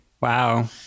Wow